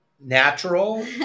Natural